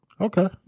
Okay